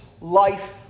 life